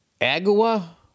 Agua